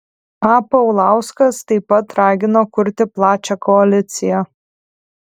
a paulauskas taip pat ragino kurti plačią koaliciją